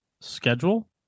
schedule